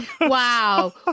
Wow